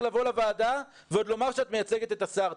לבוא לוועדה ועוד לומר שאת מייצגת את השר.